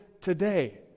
today